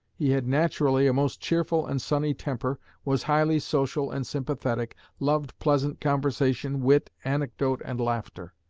he had naturally a most cheerful and sunny temper, was highly social and sympathetic, loved pleasant conversation, wit, anecdote, and laughter.